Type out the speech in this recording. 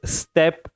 step